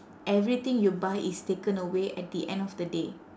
everything you buy is taken away at the end of the day